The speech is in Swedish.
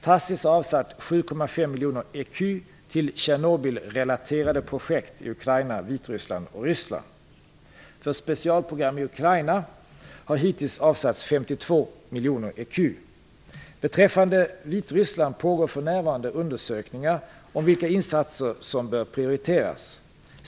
TACIS har avsatt 7,5 miljoner ecu till Tjernobylrelaterade projekt i Ukraina, Vitryssland och Ryssland. För specialprogram i Ukraina har hittills avsatts 52 miljoner ecu. Beträffande Vitryssland pågår för närvarande undersökningar om vilka insatser som bör prioriteras.